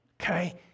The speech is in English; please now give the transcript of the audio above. Okay